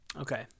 okay